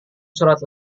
surat